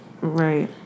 Right